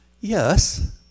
Yes